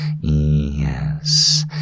Yes